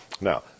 Now